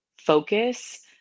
focus